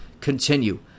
continue